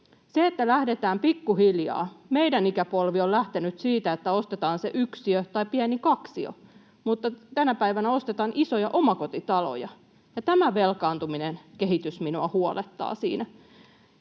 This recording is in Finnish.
Lähdetään pikkuhiljaa: meidän ikäpolvi on lähtenyt siitä, että ostetaan se yksiö tai pieni kaksio, mutta tänä päivänä ostetaan isoja omakotitaloja, ja tämä velkaantumisen kehitys minua huolettaa.